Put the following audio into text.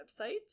website